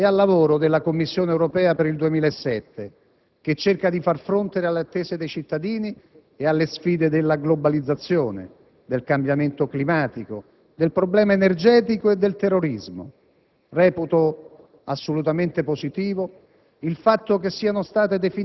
Guardo con profondo interesse al programma legislativo e al lavoro della Commissione europea per il 2007, che cerca di far fronte alle attese dei cittadini e alle sfide della globalizzazione, del cambiamento climatico, del problema energetico e del terrorismo.